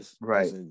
right